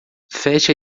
feche